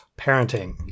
parenting